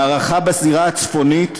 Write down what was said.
מערכה בזירה הצפונית,